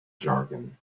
jargon